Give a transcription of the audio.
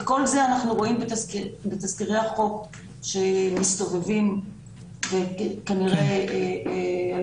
את כל זה אנחנו רואים בתזכירי החוק שמסתובבים וכנראה הליך